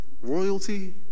royalty